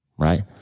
Right